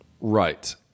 right